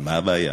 אבל מה הבעיה?